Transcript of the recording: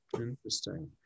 interesting